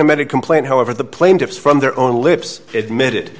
amended complaint however the plaintiffs from their own lips admitted